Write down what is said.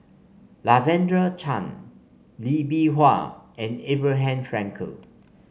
Lavender Chang Lee Bee Wah and Abraham Frankel